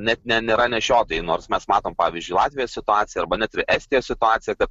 net ne nėra nešiotojai nors mes matom pavyzdžiui latvijos situaciją arba net estijos situaciją kad